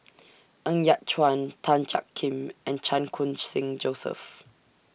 Ng Yat Chuan Tan Jiak Kim and Chan Khun Sing Joseph